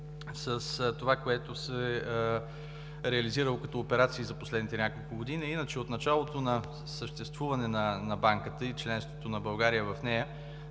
с това, което се е реализирало като операции за последните няколко години. Иначе, от началото на съществуване на Банката и членството на България в нея,